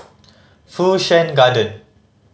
Fu Shan Garden